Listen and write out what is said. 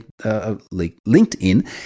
LinkedIn